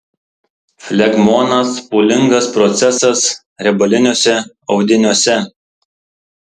flegmonas pūlingas procesas riebaliniuose audiniuose